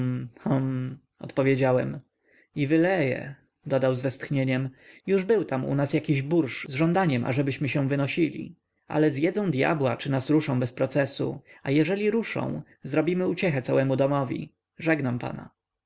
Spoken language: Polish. odpowiedziałem i wyleje dodał z westchnieniem już był tam u nas jakiś bursz z żądaniem ażebyśmy się wynosili ale zjedzą dyabła czy nas ruszą bez procesu a jeżeli ruszą zrobimy uciechę całemu domowi żegnam pana